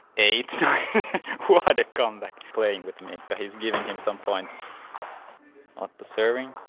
eight who had it come back playing with me. he's giving him some points not deserving